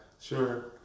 Sure